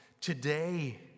Today